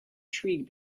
shriek